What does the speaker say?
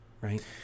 right